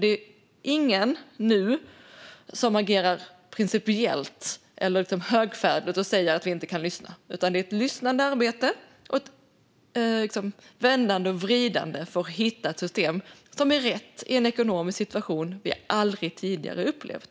Det är ingen som nu agerar principiellt eller högfärdigt och säger att vi inte kan lyssna. Det är ett lyssnande arbete och ett vändande och vridande för att hitta ett system som är rätt i en ekonomisk situation vi aldrig tidigare har upplevt.